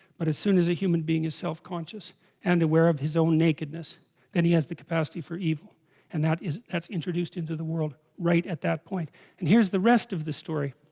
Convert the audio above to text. but as soon as a human being is self conscious and aware of his own nakedness then and he has the capacity for evil and that is that's introduced into the world right at that point and here's the rest of the story